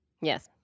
Yes